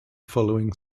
following